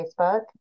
Facebook